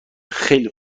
خیلی